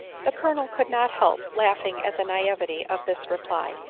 the colonel could not help laughing at the naivete of this reply,